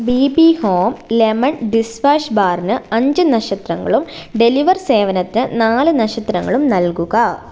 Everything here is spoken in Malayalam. B B home lemon dish wash ബാറിന് അഞ്ച് നക്ഷത്രങ്ങളും ഡെലിവർ സേവനത്തിന് നാല് നഷത്രങ്ങളും നൽകുക